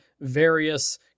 various